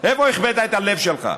איפה החבאת את הלב שלך?